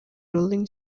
rolling